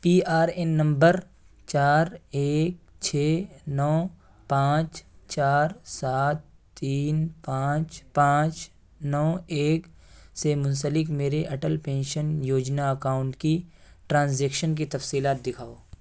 پی R N number چار ایک چھ نو پانچ چار سات تین پانچ پانچ نو ایک سے منسلک میرے اٹل پینشن یوجنا اکاؤنٹ کی ٹرانزیکشن کی تفصیلات دکھاؤ